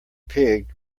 pig